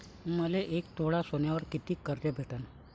मले एक तोळा सोन्यावर कितीक कर्ज भेटन?